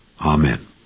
Amen